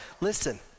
listen